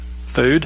Food